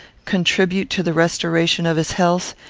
contribute to the restoration of his health,